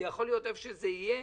זה יכול להיות היכן שזה יהיה,